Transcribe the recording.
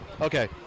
Okay